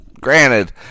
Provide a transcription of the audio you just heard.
granted